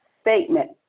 statement